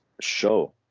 show